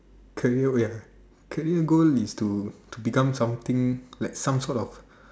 career wait ah career goal is to to become something like some sort of